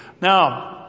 Now